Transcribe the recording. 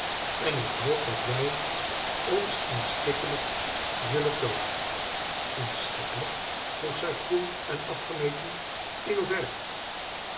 en ik hoop dat wij ons inschikkelijk zullen toonen inschikkelijk vroeg zij koel en afgemeten in hoe